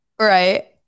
Right